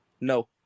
no